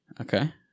Okay